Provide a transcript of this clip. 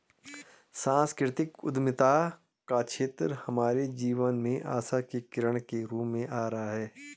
सांस्कृतिक उद्यमिता का क्षेत्र हमारे जीवन में आशा की किरण के रूप में आ रहा है